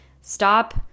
stop